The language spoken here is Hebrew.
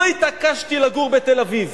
לא התעקשתי לגור בתל-אביב.